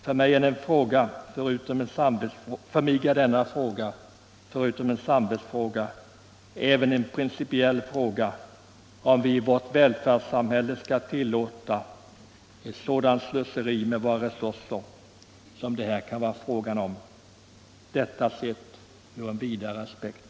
För mig är det förutom en samvetsfråga även en principiell fråga, om vi i vårt välfärdssamhälle skall tillåta ett sådant slöseri med våra resurser som det här kan vara fråga om, sett i ett vidare perspektiv.